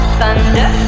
thunder